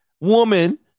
woman